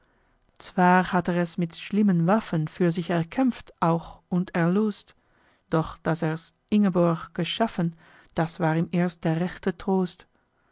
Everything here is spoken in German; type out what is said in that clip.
zwar hatt er es mit schlimmen waffen für sich erkämpft auch und erlost doch daß er's ingeborg geschaffen das war ihm erst der rechte trost